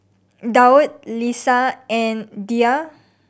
Daud Lisa and Dhia